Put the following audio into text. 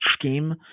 scheme